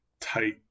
tight